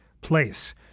place